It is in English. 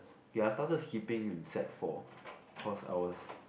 okay I started skipping in sec four cause I was